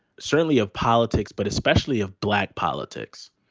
certainly of politics, but especially of black politics.